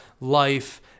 life